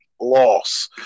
loss